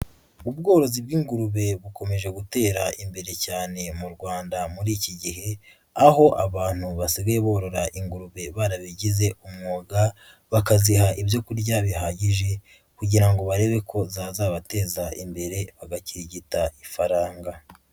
Ubworozi bw'ingurube bukomeje gutera imbere cyane mu Rwanda muri iki gihe, aho abantu basigaye borora ingurube barabigize umwuga, bakaziha ibyo kurya bihagije kugira ngo barebe ko zazabateza imbere, bagakirigita ifaranga.